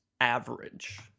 average